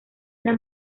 una